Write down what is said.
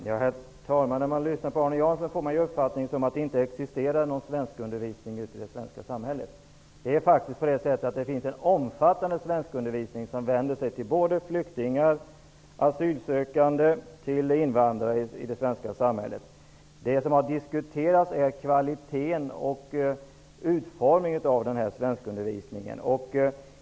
Herr talman! När man lyssnar på Arne Jansson får man uppfattningen att det inte existerar någon svenskundervisning ute i det svenska samhället. Det finns faktiskt en omfattande svenskundervisning, som vänder sig till flyktingar, asylsökande och invandrare i det svenska samhället. Det som har diskuterats är kvaliteten på och utformningen av den svenskundervisningen.